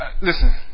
Listen